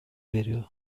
veriyor